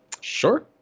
Sure